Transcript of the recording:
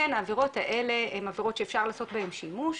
כן העבירות האלה הן עבירות שאפשר רק לעשות בהן שימוש,